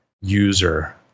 user